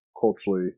culturally